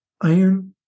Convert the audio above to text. iron